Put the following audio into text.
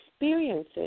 experiences